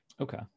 Okay